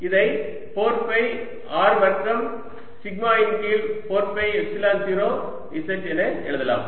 இதை 4 pi R வர்க்கம் sigma இன் கீழ் 4 பை எப்சிலன் 0 z என எழுதலாம்